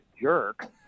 jerk